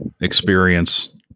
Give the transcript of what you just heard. experience